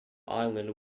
island